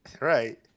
Right